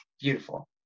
Beautiful